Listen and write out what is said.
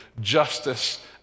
justice